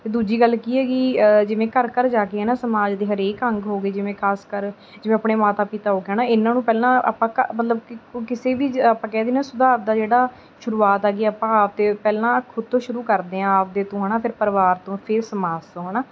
ਅਤੇ ਦੂਜੀ ਗੱਲ ਕੀ ਹੈਗੀ ਜਿਵੇਂ ਘਰ ਘਰ ਜਾ ਕੇ ਨਾ ਸਮਾਜ ਦੀ ਹਰੇਕ ਅੰਗ ਹੋ ਗਏ ਜਿਵੇਂ ਖਾਸ ਕਰ ਜਿਵੇਂ ਆਪਣੇ ਮਾਤਾ ਪਿਤਾ ਉਹ ਕਹਿਣਾ ਇਹਨਾਂ ਨੂੰ ਪਹਿਲਾਂ ਆਪਾਂ ਕ ਮਤਲਬ ਕਿ ਕਿਸੇ ਵੀ ਜ ਆਪਾਂ ਕਹਿ ਦਿੰਦੇ ਸੁਧਾਰ ਦਾ ਜਿਹੜਾ ਸ਼ੁਰੂਆਤ ਆ ਗਈ ਆਪਾਂ ਆਪ 'ਤੇ ਪਹਿਲਾਂ ਖੁਦ ਤੋਂ ਸ਼ੁਰੂ ਕਰਦੇ ਹਾਂ ਆਪਦੇ ਤੋਂ ਹੈ ਨਾ ਫਿਰ ਪਰਿਵਾਰ ਤੋਂ ਫਿਰ ਸਮਾਜ ਤੋਂ ਹੈ ਨਾ